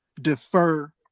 defer